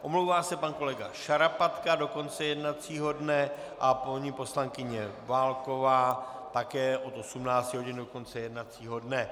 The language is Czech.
Omlouvá se pan kolega Šarapatka do konce jednacího dne a paní poslankyně Válková také od 18 hodin do konce jednacího dne.